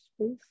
space